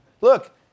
Look